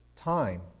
time